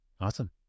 Awesome